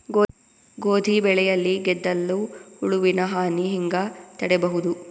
ಗೋಧಿ ಬೆಳೆಯಲ್ಲಿ ಗೆದ್ದಲು ಹುಳುವಿನ ಹಾನಿ ಹೆಂಗ ತಡೆಬಹುದು?